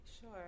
Sure